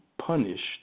punished